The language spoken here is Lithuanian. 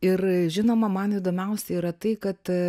ir žinoma man įdomiausia yra tai kad